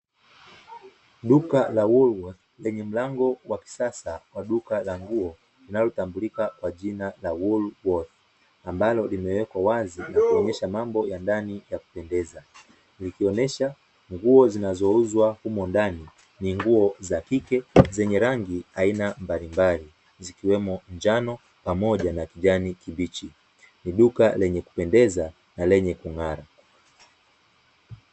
Duka la "WOOLWORTHS" lenye mlango wa kisasa kwa duka la nguo linalotambulika kwa jina la "WOOLWORTHS", ambalo limewekwa wazi na kuonyesha mambo ya ndani ya kupendeza. Lionyesha nguo zinazouzwa humo ndani ni nguo za kike zenye rangi aina mbalimbali, zikiwemo njano pamoja na kijani kibichi. Ni duka lenye kupendeza na lenye kung'ara.